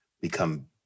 become